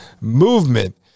movement